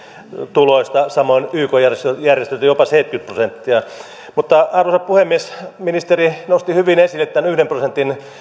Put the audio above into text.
tuloista samoin yk järjestöiltä jopa seitsemänkymmentä prosenttia mutta arvoisa puhemies ministeri nosti hyvin esille tämän yhden prosentin